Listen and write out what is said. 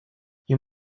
you